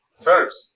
first